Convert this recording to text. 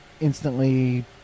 instantly